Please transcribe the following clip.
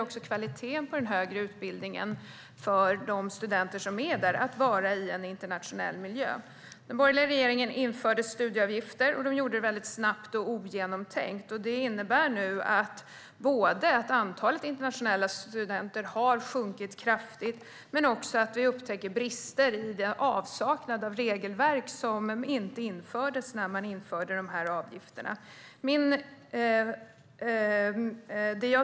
Att vara i en internationell miljö höjer också kvaliteten på den högre utbildningen för studenterna. Den borgerliga regeringen införde studieavgifter snabbt och ogenomtänkt. Det har inneburit att antalet internationella studenter har sjunkit kraftigt. Vi har också upptäckt att det saknas regelverk eftersom något sådant inte skapades när man införde dessa avgifter.